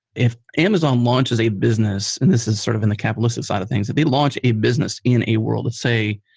if amazon launches a business, and this is sort of in the capitalistic side of things. if they launch in a business in a world, say,